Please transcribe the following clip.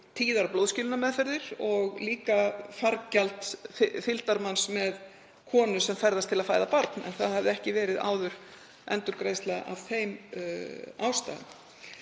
tíðar blóðskilunarmeðferðir og líka fargjalds fylgdarmanns með konu sem ferðast til að fæða barn, áður hafði ekki verið endurgreiðsla af þeim ástæðum.